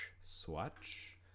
Swatch